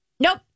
Nope